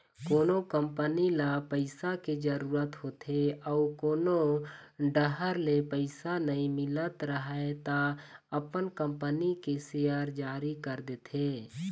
कोनो कंपनी ल पइसा के जरूरत होथे अउ कोनो डाहर ले पइसा नइ मिलत राहय त अपन कंपनी के सेयर जारी कर देथे